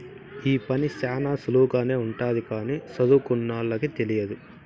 ఈ పని శ్యానా సులువుగానే ఉంటది కానీ సదువుకోనోళ్ళకి తెలియదు